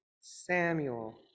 Samuel